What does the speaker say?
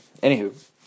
Anywho